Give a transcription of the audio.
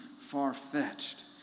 far-fetched